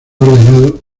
ordenado